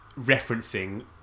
referencing